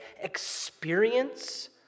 Experience